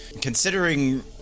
Considering